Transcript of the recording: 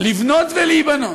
לבנות ולהיבנות,